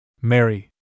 Mary